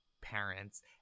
parents